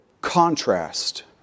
contrast